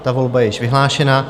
Ta volba je již vyhlášena.